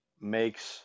makes